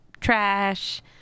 trash